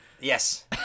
Yes